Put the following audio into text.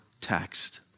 text